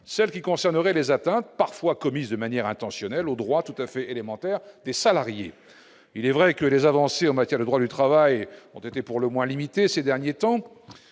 celles qui concerneraient les atteintes, parfois commises de manière intentionnelle, aux droits tout à fait élémentaires des salariés. Il est vrai que les avancées en matière de droit du travail ont été pour le moins limitées ces derniers temps